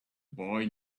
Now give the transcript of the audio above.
boy